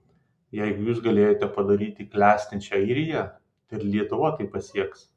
jeigu jūs galėjote padaryti klestinčią airiją tai ir lietuva tai pasieks